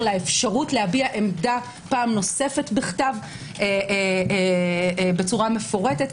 לאפשרות להביע עמדה פעם נוספת בכתב בצורה מפורטת.